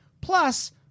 Plus